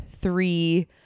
three